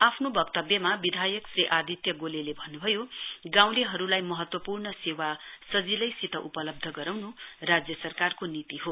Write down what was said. आफ्नो वक्तव्यमा विधायक श्री आदित्य गोलेले भन्नु भयो गाँउलेहरूलाई महत्वपूर्ण सेवा सजिलैसित उपलव्ध गराउनु राज्य सरकारको नीति हो